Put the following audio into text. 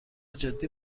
جدی